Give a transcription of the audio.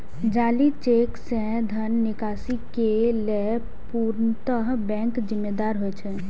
जाली चेक सं धन निकासी के लेल पूर्णतः बैंक जिम्मेदार होइ छै